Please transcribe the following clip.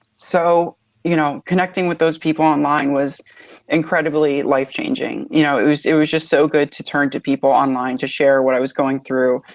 so you know, connecting with those people online was incredibly life-changing. you know it was it was just so good to turn to people online, to share what i was going through,